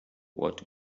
what